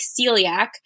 celiac